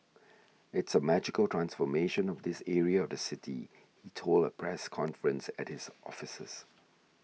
it is a magical transformation of this area of the city he told a press conference at his offices